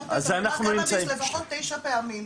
הזכרת את המילה קנאביס לפחות תשע פעמים,